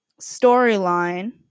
storyline